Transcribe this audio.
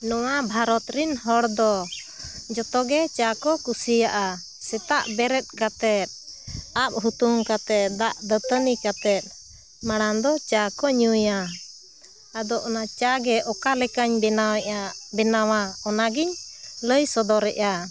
ᱱᱚᱣᱟ ᱵᱷᱟᱨᱚᱛ ᱨᱤᱱ ᱦᱚᱲ ᱫᱚ ᱡᱚᱛᱚᱜᱮ ᱪᱟ ᱠᱚ ᱠᱩᱥᱤᱭᱟᱜᱼᱟ ᱥᱮᱛᱟᱜ ᱵᱮᱨᱮᱫ ᱠᱟᱛᱮ ᱟᱵ ᱦᱩᱛᱩᱢ ᱠᱟᱛᱮ ᱫᱟᱜ ᱫᱟᱹᱛᱟᱱᱤ ᱠᱟᱛᱮ ᱢᱟᱲᱟᱝ ᱫᱚ ᱪᱟ ᱠᱚ ᱧᱩᱭᱟ ᱟᱫᱚ ᱚᱱᱟ ᱪᱟᱜᱮ ᱚᱠᱟᱞᱮᱠᱟᱧ ᱵᱮᱱᱟᱣᱮᱜᱼᱟ ᱵᱮᱱᱟᱣᱟ ᱚᱱᱟᱜᱤᱧ ᱞᱟᱹᱭ ᱥᱚᱫᱚᱨᱮᱜᱼᱟ